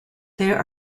there